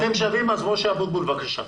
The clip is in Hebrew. משה אבוטבול, בבקשה.